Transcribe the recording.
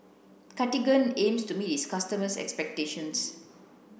Cartigain aims to meet its customers' expectations